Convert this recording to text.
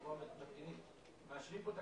אנחנו כבר מאשרים פה תקנות,